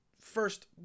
first